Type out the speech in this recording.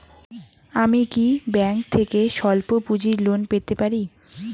আমি কি ব্যাংক থেকে স্বল্প পুঁজির লোন পেতে পারি?